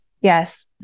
yes